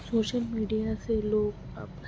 social media سے لوگ اب